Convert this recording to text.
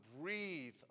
breathe